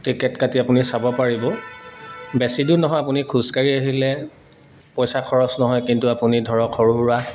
ticket কাটি আপুনি চাব পাৰিব বেছি দূৰ নহয় আপুনি খোজ কাঢ়ি আহিলে পইচা খৰচ নহয় কিন্তু আপুনি ধৰক সৰু সুৰা